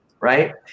right